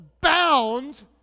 bound